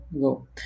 go